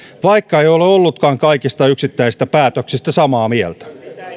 vaikka ei ole ollutkaan kaikista yksittäisistä päätöksistä samaa mieltä